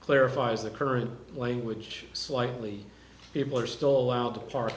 clarifies the current language slightly people are still allowed to park